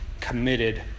committed